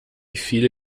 filha